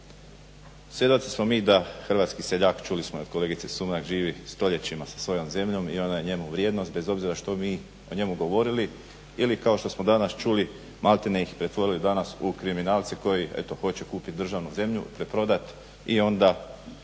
Svjedoci smo mi da hrvatski seljak čuli smo od kolegice Sumrak živi stoljećima sa svojom zemljom i ona je njemu vrijednost bez obzira što mi u njemu govorili ili kao što smo danas čuli, maltere ih pretvorili danas u kriminalce koji eto hoće kupiti državnu zemlju, te prodat i onda